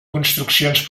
construccions